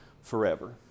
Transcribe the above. forever